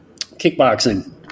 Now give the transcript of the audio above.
Kickboxing